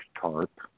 tarp